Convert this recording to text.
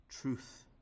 truth